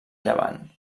llevant